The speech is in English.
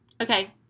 okay